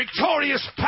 victorious